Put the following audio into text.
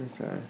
Okay